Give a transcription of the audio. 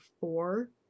four